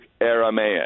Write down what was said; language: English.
Aramaic